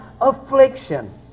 affliction